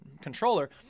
controller